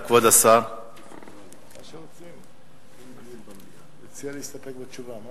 מציע להסתפק בתשובה.